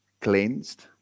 cleansed